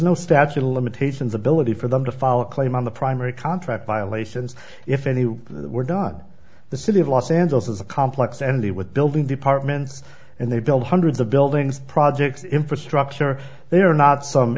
no statute of limitations ability for them to follow a claim on the primary contract violations if any were dod the city of los angeles is a complex energy with building department and they build hundreds of buildings project infrastructure they are not some